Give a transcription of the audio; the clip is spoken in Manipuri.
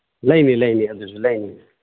ꯂꯩꯅꯤ ꯂꯩꯅꯤ ꯑꯗꯨꯁꯨ ꯂꯩꯅꯤ